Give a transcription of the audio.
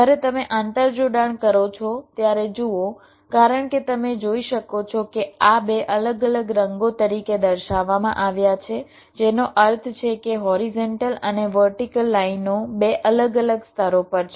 જ્યારે તમે આંતરજોડાણ કરો છો ત્યારે જુઓ કારણ કે તમે જોઈ શકો છો કે આ બે અલગ અલગ રંગો તરીકે દર્શાવવામાં આવ્યા છે જેનો અર્થ છે કે હોરિઝોન્ટલ અને વર્ટીકલ લાઈનઓ બે અલગ અલગ સ્તરો પર છે